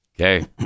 Okay